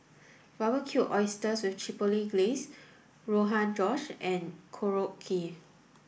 Barbecued Oysters with Chipotle Glaze Rogan Josh and Korokke